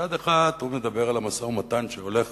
מצד אחד הוא מדבר על המשא-ומתן שהולך